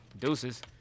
Deuces